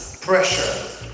pressure